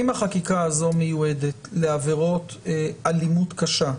אם החקיקה הזו מיועדת לעבירות אלימות קשה,